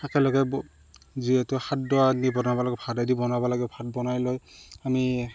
একেলগে যিহেতু খাদ্য আদি বনাব লাগে ভাত আদি বনাব লাগে ভাত বনাই লৈ আমি